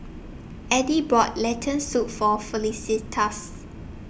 Addie bought Lentil Soup For Felicitas